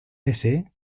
desee